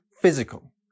physical